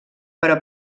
però